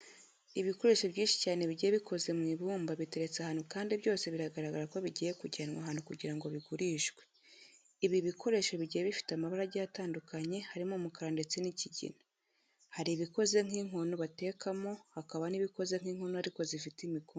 Ibikoresho byinshi cyane bigiye bikoze mu ibumba biteretse ahantu kandi byose biragaragara ko bigiye kujyanwa ahantu kugira ngo bigurishwe. Ibi bikoresho bigiye bifite amabara agiye atandukanye harimo umukara ndetse n'ikigina. Hari ibikoze nk'inkono batekeramo, hakaba n'ibikoze nk'inkono ariko zifite imikondo.